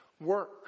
work